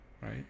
right